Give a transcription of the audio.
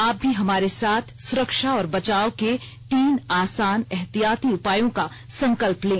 आप भी हमारे साथ सुरक्षा और बचाव के तीन आसान एहतियाती उपायों का संकल्प लें